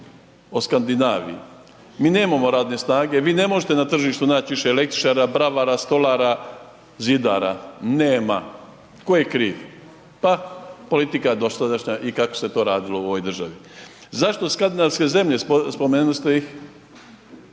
o Skandinaviji, mi nemamo radne snage, vi ne možete na tržištu naći više električara, bravara, stolara, zidara, nema. Tko je kriv? Pa, politika dosadašnja i kako se to radilo u ovoj državi. Zašto skandinavske zemlje, spomenuste ih,